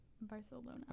Barcelona